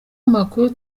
amakuru